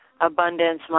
abundance